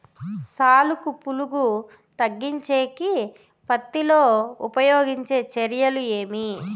సాలుకి పులుగు తగ్గించేకి పత్తి లో ఉపయోగించే చర్యలు ఏమి?